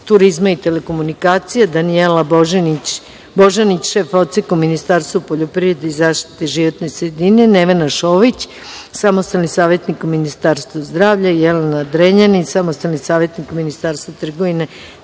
turizma i telekomunikacija, Danijela Božanić, šef Odseka u Ministarstvu poljoprivrede i zaštite životne sredine, Nevena Šović, samostalni savetnik u Ministarstvu zdravlja, Jelena Drenjanin, samostalni savetnik u Ministarstvu trgovine,